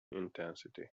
intensity